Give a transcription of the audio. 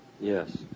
Yes